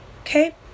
Okay